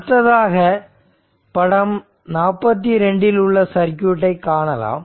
அடுத்ததாக படம் 42 இல் உள்ள சர்க்யூட்டை காணலாம்